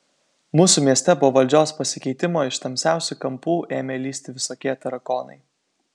mūsų mieste po valdžios pasikeitimo iš tamsiausių kampų ėmė lįsti visokie tarakonai